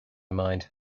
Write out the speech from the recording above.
mind